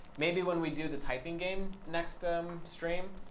maybe when we do the typing game next um stream,